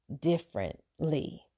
differently